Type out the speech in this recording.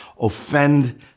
offend